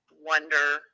wonder